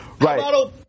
Right